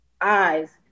eyes